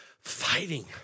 fighting